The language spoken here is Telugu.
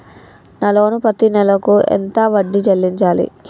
నా లోను పత్తి నెల కు ఎంత వడ్డీ చెల్లించాలి?